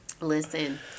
listen